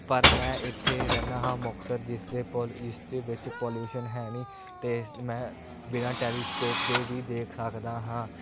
ਪਰ ਮੈਂ ਇੱਥੇ ਰਹਿੰਦਾ ਹਾਂ ਮੁਕਤਸਰ ਜਿਸ ਦੇ ਪਲ ਜਿਸ ਦੇ ਵਿੱਚ ਪੋਲਿਊਸ਼ਨ ਹੈ ਨਹੀਂ ਅਤੇ ਮੈਂ ਬਿਨਾ ਟੈਲੀਸਕੋਪ ਦੇ ਵੀ ਦੇਖ ਸਕਦਾ ਹਾਂ